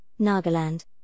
Nagaland